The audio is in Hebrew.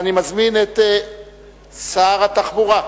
אני מזמין את שר התחבורה.